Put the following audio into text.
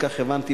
כך הבנתי,